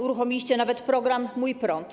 Uruchomiliście nawet program „Mój prąd”